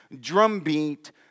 drumbeat